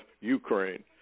Ukraine